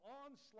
onslaught